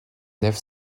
nef